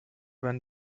wenn